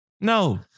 No